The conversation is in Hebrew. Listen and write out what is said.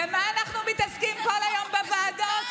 במה אנחנו מתעסקים כל היום בוועדות?